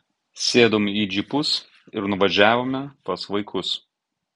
sėdom į džipus ir nuvažiavome pas vaikus